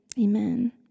amen